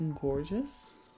gorgeous